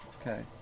Okay